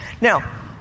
Now